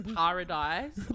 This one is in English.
paradise